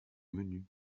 menu